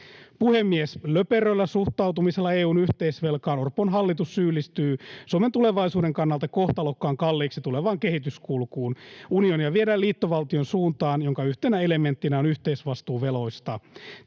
Puhemies! Löperöllä suhtautumisella EU:n yhteisvelkaan Orpon hallitus syyllistyy Suomen tulevaisuuden kannalta kohtalokkaan kalliiksi tulevaan kehityskulkuun. Unionia viedään liittovaltion suuntaan, jonka yhtenä elementtinä on yhteisvastuu veloista.